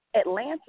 Atlanta